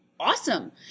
Awesome